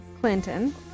Clinton